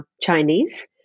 Chinese